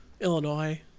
Illinois